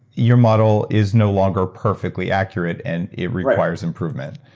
your model is no longer perfectly accurate and it requires improvement.